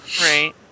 Right